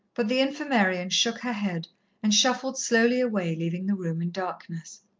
but the infirmarian shook her head and shuffled slowly away, leaving the room in darkness.